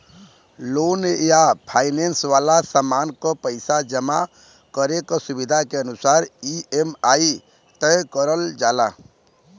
loan या finance वाला सामान क पइसा जमा करे क सुविधा के अनुसार ई.एम.आई तय करल जाला